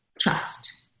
trust